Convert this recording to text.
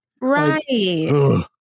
right